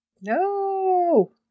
No